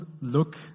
look